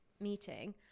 meeting